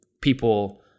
people